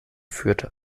führte